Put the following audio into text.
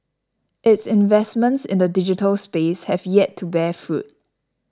its investments in the digital space have yet to bear fruit